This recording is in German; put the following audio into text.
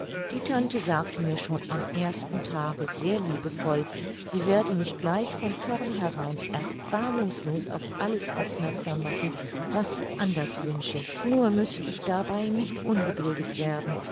die tante sagte mir schon am ersten tage sehr liebevoll sie werde mich gleich von vorn herein erbarmungslos auf alles aufmerksam machen was sie anders wünsche nur müsse ich dabei nicht ungeduldig werden